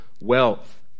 wealth